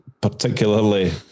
Particularly